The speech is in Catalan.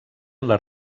les